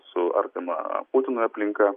su artima putinui aplinka